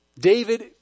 David